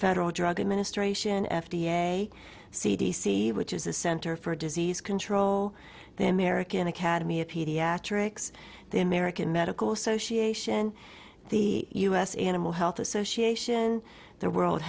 federal drug administration f d a c d c which is the center for disease control the american academy of pediatrics the american medical association the u s animal health association the world